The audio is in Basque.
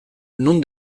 non